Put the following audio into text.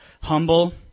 humble